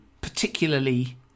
particularly